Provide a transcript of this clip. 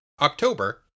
October